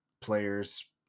players